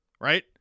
right